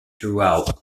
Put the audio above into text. throughout